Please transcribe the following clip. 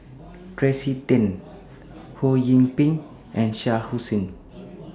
Tracey Tan Ho Yee Ping and Shah Hussain